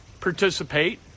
participate